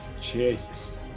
Jesus